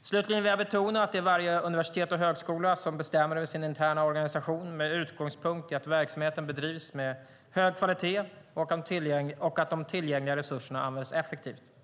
Slutligen vill jag betona att det är varje universitet och högskola som bestämmer över sin interna organisation med utgångspunkt i att verksamheten bedrivs med hög kvalitet och att de tillgängliga resurserna används effektivt.